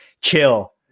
chill